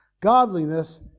Godliness